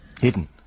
Hidden